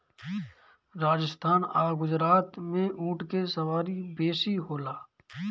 राजस्थान आ गुजरात में ऊँट के सवारी बेसी होला